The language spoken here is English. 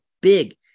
big